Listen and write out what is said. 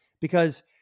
because-